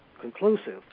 conclusive